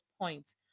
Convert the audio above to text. points